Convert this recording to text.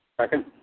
Second